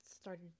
started